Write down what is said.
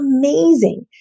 amazing